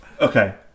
Okay